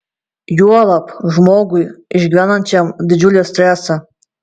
juolab žmogui išgyvenančiam didžiulį stresą